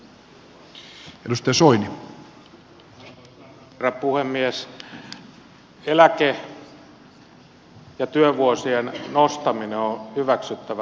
eläke ja työvuosien nostaminen on hyväksyttävä tavoite